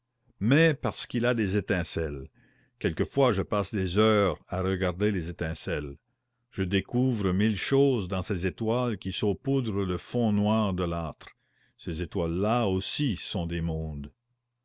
mais parce qu'il a des étincelles quelquefois je passe des heures à regarder les étincelles je découvre mille choses dans ces étoiles qui saupoudrent le fond noir de l'âtre ces étoiles là aussi sont des mondes